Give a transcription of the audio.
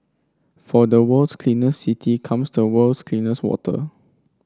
from the world's cleanest city comes the world's cleanest water